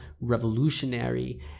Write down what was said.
revolutionary